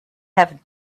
have